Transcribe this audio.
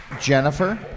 jennifer